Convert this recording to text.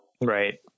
Right